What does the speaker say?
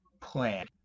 plan